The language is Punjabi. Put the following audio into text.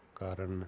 ਕਰਨ